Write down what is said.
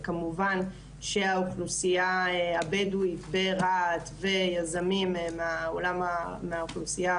וכמובן שהאוכלוסייה הבדואית ברהט ויזמים מהאוכלוסייה